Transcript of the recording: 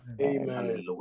Amen